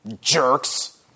jerks